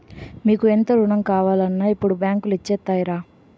మీకు ఎంత రుణం కావాలన్నా ఇప్పుడు బాంకులు ఇచ్చేత్తాయిరా